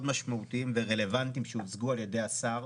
משמעותיים ורלוונטיים שהוצגו על ידי השר,